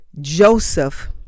Joseph